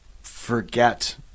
forget